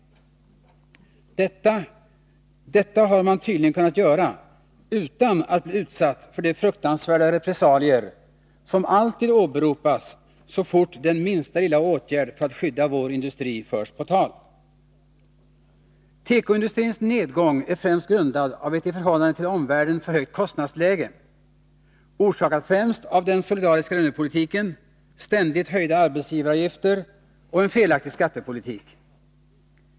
Detta har man tydligen kunnat göra utan att bli utsatt för de fruktansvärda repressalier som alltid åberopas så fort den minsta lilla åtgärd för att skydda vår industri förs på tal. Tekoindustrins nedgång är främst grundad av ett i förhållande till omvärlden för högt kostnadsläge, orsakat främst av den solidariska lönepolitiken, ständigt höjda arbetsgivaravgifter och en felaktig skattepolitik.